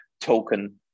token